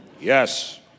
Yes